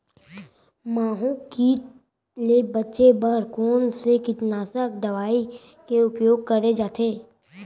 माहो किट ले बचे बर कोन से कीटनाशक दवई के उपयोग करे जाथे?